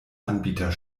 anbieter